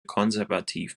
konservativ